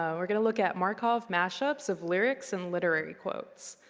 ah we're gonna look at markov mashups of lyrics and literary quotes.